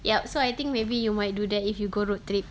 yup so I think maybe you might do that if you go road trip